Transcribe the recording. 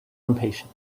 impatient